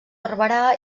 barberà